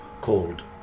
called